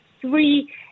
three